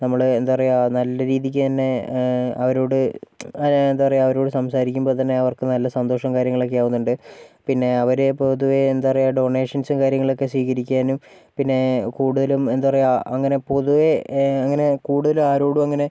നമ്മള് എന്താ പറയുക നല്ല രീതിക്ക് തന്നെ അവരോട് എന്താ പറയുക അവരോടു സംസാരിക്കുമ്പോൾ തന്നെ അവർക്ക് നല്ല സന്തോഷവും കാര്യങ്ങളൊക്കെ ആകുന്നുണ്ട് പിന്നെ അവര് പൊതുവേ എന്താ പറയുക ഡോണേഷൻസും കാര്യങ്ങളൊക്കെ സ്വീകരിക്കാനും പിന്നെ കൂടുതലും എന്താ പറയുക അങ്ങനെ പൊതുവേ അങ്ങനെ കൂടുതലും ആരോടും അങ്ങനെ